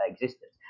existence